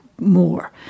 more